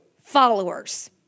followers